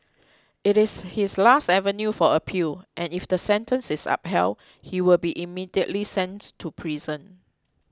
it is his last avenue for appeal and if the sentence is upheld he will be immediately sent to prison